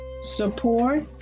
support